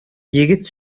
егет